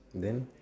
then